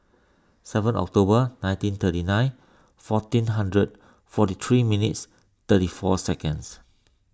seven October nineteen thirty nine fourteen hundred forty three minutes thirty four seconds